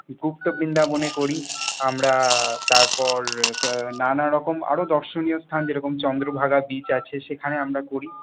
গুপ্ত বৃন্দাবনে করি আমরা তারপর নানারকম আরও দর্শনীয় স্থান যেরকম চন্দ্রভাগা বীচ আছে সেখানে আমরা করি